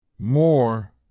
More